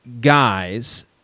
guys